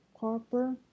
Copper